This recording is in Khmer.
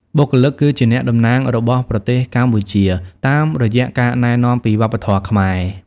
បុគ្គលិកគឺជាអ្នកតំណាងរបស់ប្រទេសកម្ពុជា តាមរយះការណែនាំពីវប្បធម៌ខ្មែរ។